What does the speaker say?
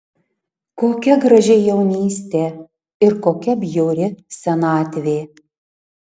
kokia graži jaunystė ir kokia bjauri senatvė